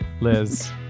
Liz